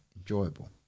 enjoyable